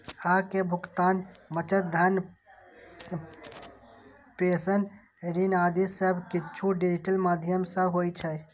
अय मे भुगतान, बचत, धन प्रेषण, ऋण आदि सब किछु डिजिटल माध्यम सं होइ छै